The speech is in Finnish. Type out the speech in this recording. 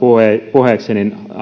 puheeksi